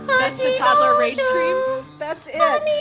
that's the toddler rage scream that's it.